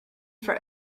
for